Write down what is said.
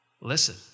listen